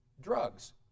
drugs